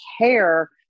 care